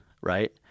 right